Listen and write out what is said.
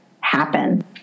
happen